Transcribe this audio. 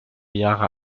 jahre